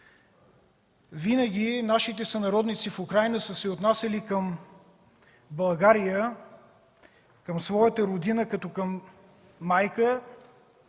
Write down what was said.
Винаги нашите сънародници в Украйна са се отнасяли към България, към своята родина като към майка